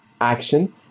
action